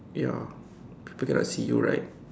ya people cannot see you right